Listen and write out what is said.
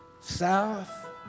south